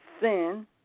sin